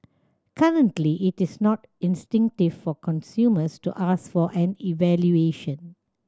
currently it is not instinctive for consumers to ask for an evaluation